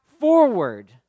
forward